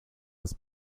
des